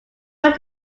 wrote